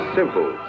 simple